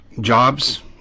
jobs